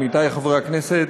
עמיתי חברי הכנסת,